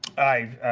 i